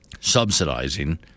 subsidizing